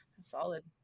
solid